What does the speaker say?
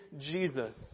Jesus